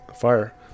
Fire